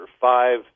five